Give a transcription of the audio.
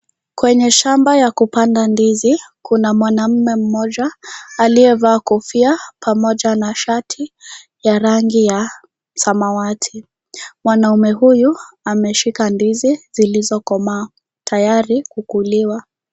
Kwenye shamba ya kupanda ndizi kuna mwanaume mmoja aliyevaa kofia pamoja na shati ya rangi ya samawati. Mwanaume huyu ameshika ndizi zilizokomaa tayari kuliwa .